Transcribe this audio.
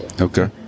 Okay